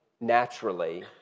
naturally